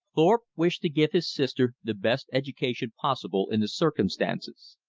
thorpe wished to give his sister the best education possible in the circumstances.